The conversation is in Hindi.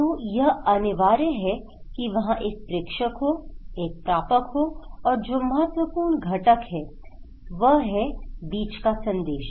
तो यह अनिवार्य है की वहाँ एक प्रेषक हो एक प्रापक हो और जो महत्वपूर्ण घटक है वह है बीच का संदेश